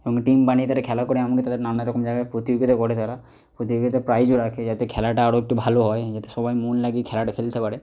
এবং টিম বানিয়ে তারা খেলা করে এমনকি তারা নানা রকম জায়গার প্রতিযোগিতা করে তারা প্রতিযোগিতায় প্রাইজও রাখে যাতে খেলাটা আরও একটু ভালো হয় যাতে সবাই মন লাগিয়ে খেলাটা খেলতে পারে